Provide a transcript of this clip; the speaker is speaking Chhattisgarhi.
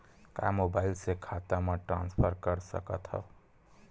का मोबाइल से खाता म ट्रान्सफर कर सकथव?